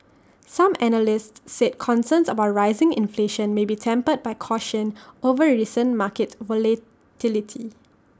some analysts said concerns about rising inflation may be tempered by caution over recent market volatility